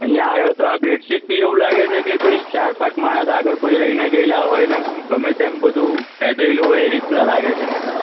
અઇયાં આયો તો આ બેડસીટ બી એવું લાગે છે કે કોઈ ચાર પાંચ માણસ આગળ કોઈ રહીને ગયેલાં હોય ને એમ ગમે તેમ બધું ફેંદાયેલું હોય એ રીતના લાગે છે મતલબ